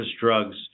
drugs